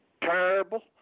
Terrible